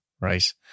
right